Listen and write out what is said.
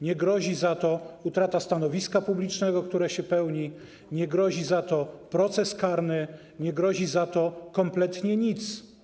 Nie grozi za to utrata stanowiska publicznego, które się pełni, nie grozi za to proces karny, nie grozi za to kompletnie nic.